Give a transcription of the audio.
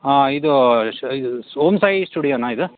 ಹಾಂ ಇದು ಶ್ ಇದು ಓಂ ಸಾಯಿ ಸ್ಟುಡಿಯೋನಾ ಇದು